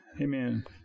Amen